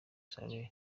saleh